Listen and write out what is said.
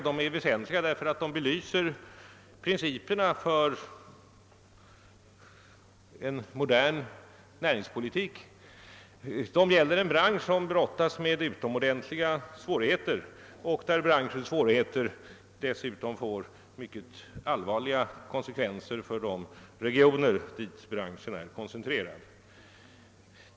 De är väsentliga därför att de belyser principerna för en modern näringspolitik. Det gäller en bransch som brottas med utomordentliga svårigheter; branschens svårigheter får dessutom mycket allvarliga konsekvenser för de regioner dit branschen är koncentrerad.